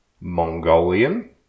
Mongolian